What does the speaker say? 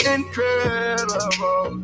Incredible